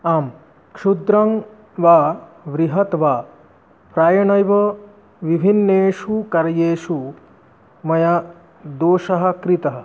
आं क्षुद्रं वा बृहत् वा प्रायेणैव विभिन्नेषु कार्येषु मया दोषः कृतः